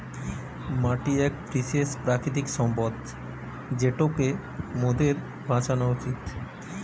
মাটি এক বিশেষ প্রাকৃতিক সম্পদ যেটোকে মোদের বাঁচানো উচিত